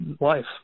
life